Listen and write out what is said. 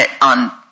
on